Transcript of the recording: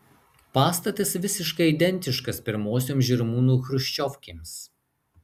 pastatas visiškai identiškas pirmosioms žirmūnų chruščiovkėms